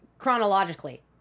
Chronologically